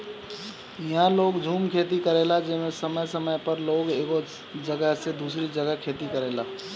इहा लोग झूम खेती करेला जेमे समय समय पर लोग एगो जगह से दूसरी जगह खेती करेला